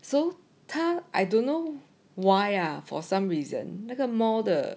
so 他 I don't know why ah for some reason 那个 mall 的